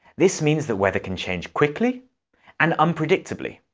this means that weather can change quickly and unpredictably.